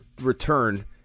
return